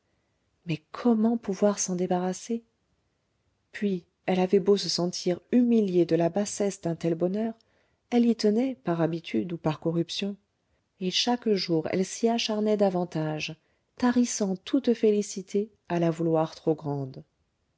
mais comment pouvoir s'en débarrasser puis elle avait beau se sentir humiliée de la bassesse d'un tel bonheur elle y tenait par habitude ou par corruption et chaque jour elle s'y acharnait davantage tarissant toute félicité à la vouloir trop grande